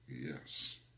yes